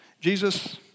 Jesus